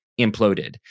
imploded